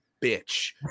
bitch